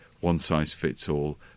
one-size-fits-all